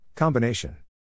Combination